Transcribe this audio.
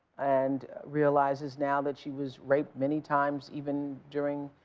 and realizes now that she was raped many times even during